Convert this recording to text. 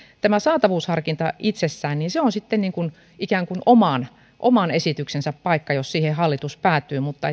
tämä saatavuusharkinta itsessään on ikään kuin oman esityksensä paikka jos siihen hallitus päätyy mutta